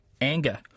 Anger